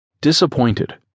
disappointed